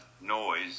noise